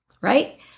right